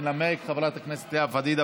תנמק חברת הכנסת לאה פדידה.